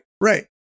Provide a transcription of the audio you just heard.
right